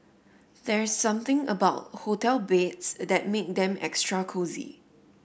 there's something about hotel beds that make them extra cosy